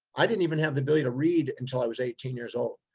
i didn't even have the ability to read until i was eighteen years old.